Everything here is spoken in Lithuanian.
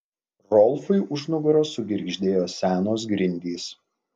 rolfui už nugaros sugirgždėjo senos grindys